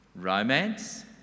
romance